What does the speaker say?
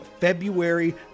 February